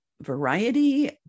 variety